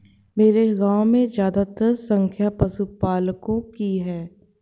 मेरे गांव में ज्यादातर संख्या पशुपालकों की है